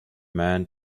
men